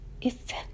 effect